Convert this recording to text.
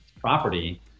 property